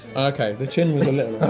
okay, the chin was um